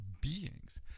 beings